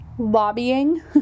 lobbying